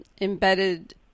embedded